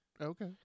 Okay